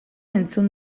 entzun